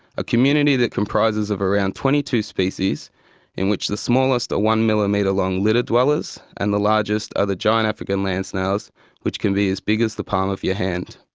a community that comprises of around twenty two species in which the smallest are one-millimetre-long litter dwellers, and the largest are the giant african land snails which can be as big as the palm of your hand.